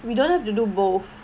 we don't have to do both